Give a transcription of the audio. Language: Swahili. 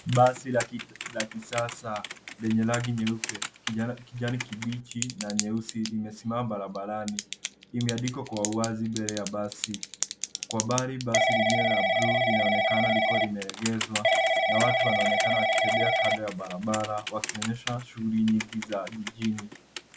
Basi la kisasa lenye rangi nyeupe, kijani kibichi na nyeusi limesimama barabarani. Imeandikwa kwa uwazi mbele ya basi. Kwa umbali basi lingine la bluu linaonekana lilikuwa limeegezwa na watu wanaonekana wakitembea kando ya barabara wakionyesha shughuli nyingi za jijini.